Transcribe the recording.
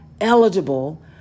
eligible